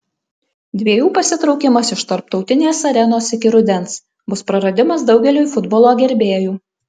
dviejų pasitraukimas iš tarptautinės arenos iki rudens bus praradimas daugeliui futbolo gerbėjų